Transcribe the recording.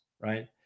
right